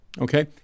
okay